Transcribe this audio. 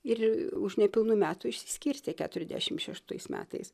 ir už nepilnų metų išsiskirstė keturiasdešim šeštais metais